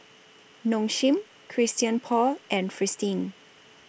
Nong Shim Christian Paul and Fristine